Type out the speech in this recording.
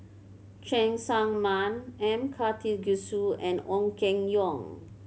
Cheng Tsang Man M Karthigesu and Ong Keng Yong